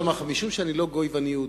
משום שאני לא גוי ואני יהודי,